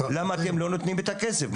למה אתם לא נותנים את הכסף?